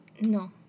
No